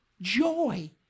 joy